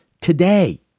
today